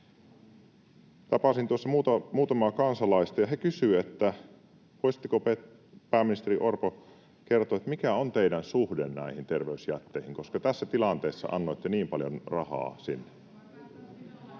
Tapasin tuossa muutamaa kansalaista, ja he kysyivät: voisitteko, pääministeri Orpo, kertoa, mikä on teidän suhde näihin terveysjätteihin, koska tässä tilanteessa annoitte niin paljon rahaa sinne?